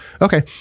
Okay